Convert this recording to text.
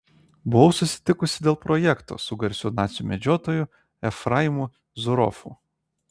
buvau susitikusi dėl projekto su garsiu nacių medžiotoju efraimu zuroffu